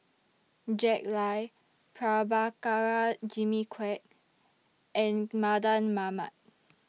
Jack Lai Prabhakara Jimmy Quek and Mardan Mamat